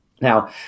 Now